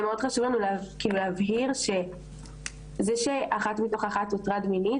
מאוד חשוב לנו להבהיר זה שאחת מתוך אחת תוטרד מינית,